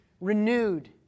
renewed